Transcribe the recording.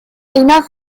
enough